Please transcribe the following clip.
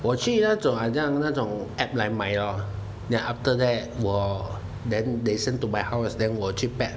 我去那种好像那种 app 来买咯 then after that 我 then they send to my house then 我去 pack